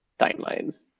timelines